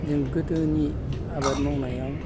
जों गोदोनि आबाद मावनायाव